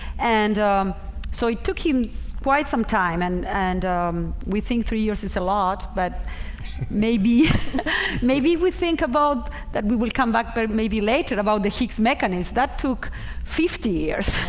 and so it took him so quite some time and and we think three years is a lot but maybe maybe we think about that. we will come back but maybe later about the higgs mechanism that took fifty years